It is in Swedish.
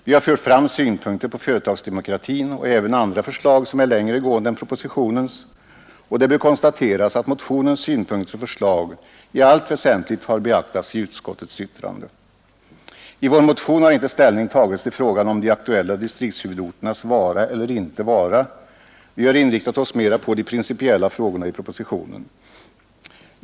Vi har fört fram synpunkter på företagsdemokratin och även andra förslag som är längre gående än propositionens, och det bör konstateras att motionens synpunkter och förslag i allt väsentligt har beaktats i utskottets yttrande. I vår motion har inte ställning tagits till frågan om de aktuella distriktshuvudorternas vara eller inte vara. Vi har inriktat oss mera på de principiella frågorna i propositionen.